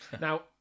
Now